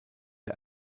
der